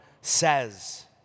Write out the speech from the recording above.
says